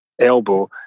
Elbow